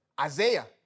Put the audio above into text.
Isaiah